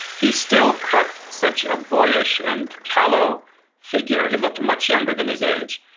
he still cut such a boyish and callow figure, he looked much younger than his age,